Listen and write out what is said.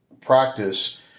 practice